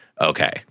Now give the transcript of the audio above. Okay